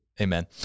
Amen